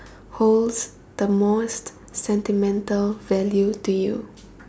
holds the most sentimental value to you